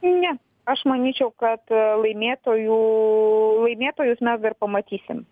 ne aš manyčiau kad laimėtojų laimėtojus mes dar pamatysim